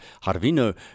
Harvino